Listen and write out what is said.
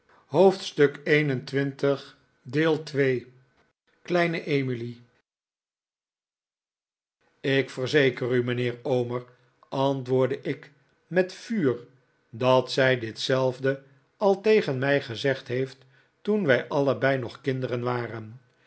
ik verzeker u mijnheer omer antwoordde ik met vuur dat zij ditzelfde al tegen mij gezegd heeft toen wij allebei nog kinderen waren